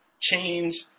change